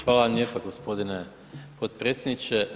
Hvala vam lijepo g. potpredsjedniče.